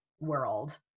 world